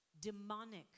Demonic